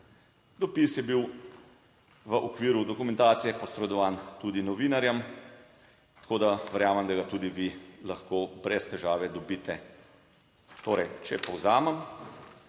Dopis je bil v okviru dokumentacije posredovan tudi novinarjem, tako da verjamem, da ga tudi vi lahko brez težave dobite. Torej, če povzamem,